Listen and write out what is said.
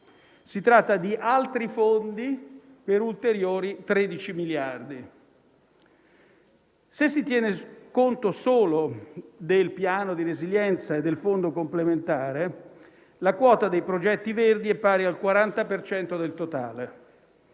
Si tratta di altri fondi per ulteriori 13 miliardi. Se si tiene conto solo del Piano di resilienza e del fondo complementare, la quota dei progetti verdi è pari al 40 per cento